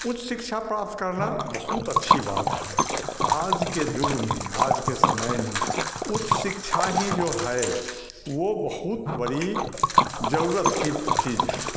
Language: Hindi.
उच्च शिक्षा प्राप्त करना बहुत अच्छी बात है आज के युग में आज के समय में उच्च शिक्षा ही जो है वो बहुत बड़ी जरूरत की चीज है